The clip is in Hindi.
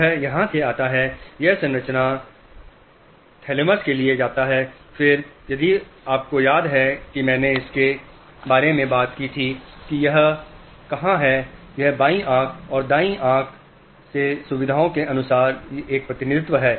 यह यहाँ से आता है यह संरचना कॉल थैलेमस के लिए जाता है यदि आपको याद है कि मैंने इसके बारे में बात की थी कि यह कहाँ है यह बाईं आंख और यह दाईं बाईं आंख है इनसे सुविधाओं के अनुसार एक प्रतिनिधित्व है